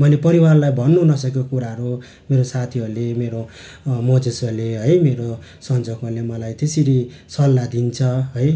मैले परिवारलाई भन्नु नसकेको कुराहरू मेरो साथीहरूले मेरो मझेसहरूले है मेरो सन्जोगहरूले मलाई त्यसरी सल्लाह दिन्छ है